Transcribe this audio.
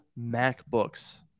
MacBooks